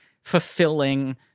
fulfilling